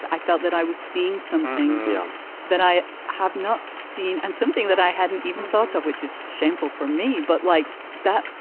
i felt that i was seeing something that i have not seen and something that i hadn't even thought of, which is shameful for me. but like that,